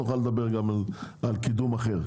נוכל לדבר גם על קידום אחר.